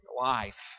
life